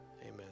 Amen